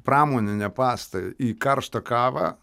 pramoninę pastą į karštą kavą